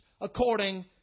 according